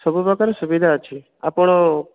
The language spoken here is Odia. ସବୁ ପ୍ରକାର ସୁବିଧା ଅଛି ଆପଣ